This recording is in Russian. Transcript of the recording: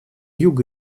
юга